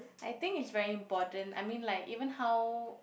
I think it's very important I mean like even how